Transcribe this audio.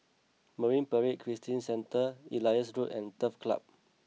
Marine Parade Christian Centre Elias Road and Turf Club